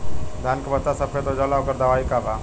धान के पत्ता सफेद हो जाला ओकर दवाई का बा?